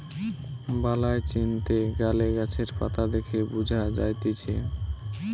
বালাই চিনতে গ্যালে গাছের পাতা দেখে বঝা যায়তিছে